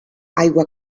aigua